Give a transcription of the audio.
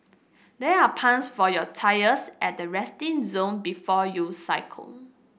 there are pumps for your tyres at the resting zone before you cycle